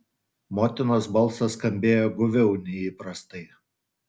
motinos balsas skambėjo guviau nei įprastai